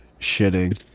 shitting